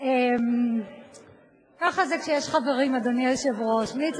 דברים נכוחים, נכונים,